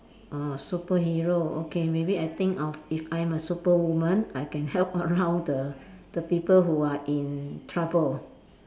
uh superhero okay maybe I think of if I'm a Superwoman I can help around the the people who are in trouble